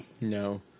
no